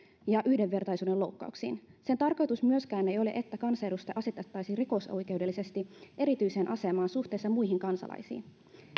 ja yhdenvertaisuuden loukkauksiin sen tarkoitus myöskään ei ole että kansanedustaja asetettaisiin rikosoikeudellisesti erityiseen asemaan suhteessa muihin kansalaisiin